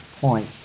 point